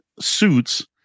suits